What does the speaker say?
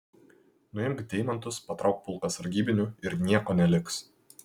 nuimk deimantus patrauk pulką sargybinių ir nieko neliks